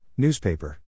Newspaper